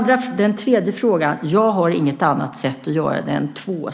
Den tredje frågan: Jag har inget annat sätt att göra det på än två saker.